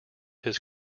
his